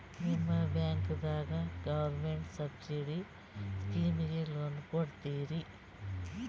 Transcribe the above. ನಿಮ ಬ್ಯಾಂಕದಾಗ government subsidy ಸ್ಕೀಮಿಗಿ ಲೊನ ಕೊಡ್ಲತ್ತೀರಿ?